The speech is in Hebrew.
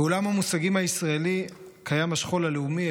בעולם המושגים הישראלי קיים השכול הלאומי,